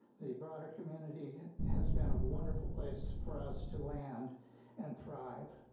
the broader community, has been a wonderful place for us to land and thrive,